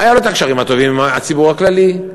היו לו הקשרים הטובים עם הציבור הכללי,